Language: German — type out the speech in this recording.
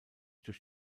durch